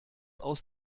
aus